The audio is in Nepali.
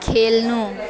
खेल्नु